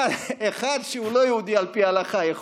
אחד שהוא לא יהודי על פי ההלכה יכול